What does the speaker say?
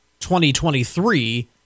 2023